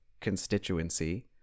constituency